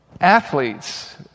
Athletes